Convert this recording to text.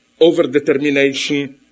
overdetermination